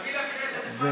תביא לכנסת את מה שהסכמת.